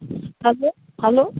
hello hello